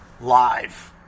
live